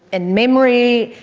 and memory,